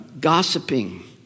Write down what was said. gossiping